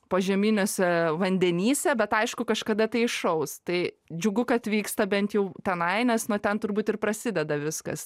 požeminiuose vandenyse bet aišku kažkada tai iššaus tai džiugu kad vyksta bent jau tenai nes nuo ten turbūt ir prasideda viskas